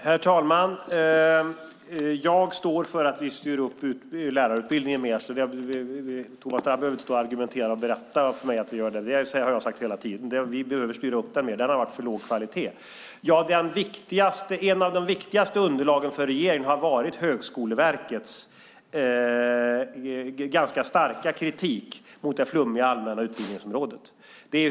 Herr talman! Jag står för att vi styr upp lärarutbildningen mer, så Thomas Strand behöver inte argumentera och berätta för mig att vi gör det. Jag har sagt hela tiden att vi behöver styra upp den, för den har haft för låg kvalitet. Ett av de viktigaste underlagen för regeringen har varit Högskoleverkets ganska starka kritik mot det flummiga allmänna utbildningsområdet.